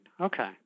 Okay